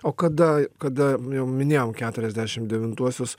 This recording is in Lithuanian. o kada kada jau minėjom keturiasdešim devintuosius